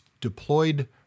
Deployed